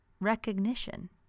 recognition